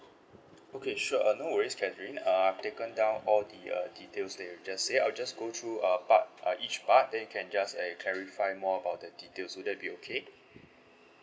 okay sure uh no worries catherine uh I've taken down all the uh details that you have just say I'll just go through uh part uh each part then you can just like clarify more about the details would that be okay